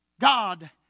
God